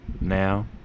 now